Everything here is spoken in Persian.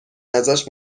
ازش